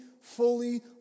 fully